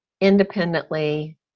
independently